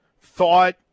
thought